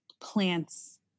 plants